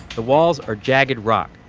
the walls are jagged rock.